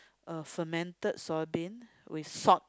uh fermented soy bean with salt